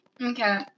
Okay